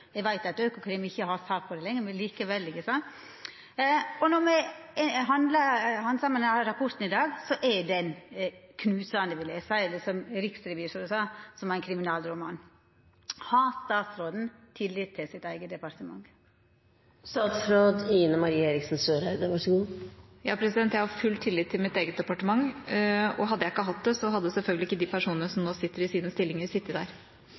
Eg veit at Økokrim ikkje har sak på det lenger, men likevel. Når me handsamar denne rapporten i dag, er han knusande, som ein kriminalroman, som riksrevisoren sa det. Har statsråden tillit til sitt eige departement? Jeg har full tillit til mitt eget departement. Hadde jeg ikke hatt det, hadde selvfølgelig ikke de personene som nå sitter i sine stillinger, sittet der.